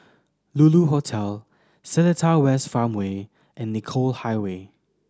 Lulu Hotel Seletar West Farmway and Nicoll Highway